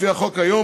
לפי החוק היום,